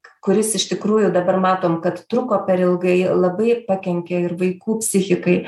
kuris iš tikrųjų dabar matom kad truko per ilgai labai pakenkė ir vaikų psichikai